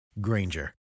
Granger